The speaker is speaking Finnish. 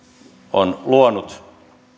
on luonut